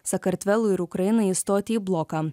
sakartvelui ir ukrainai įstoti į bloką